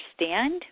understand